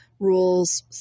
rules